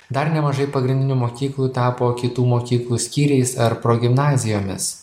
dar nemažai pagrindinių mokyklų tapo kitų mokyklų skyriais ar progimnazijomis